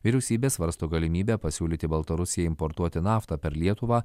vyriausybė svarsto galimybę pasiūlyti baltarusijai importuoti naftą per lietuvą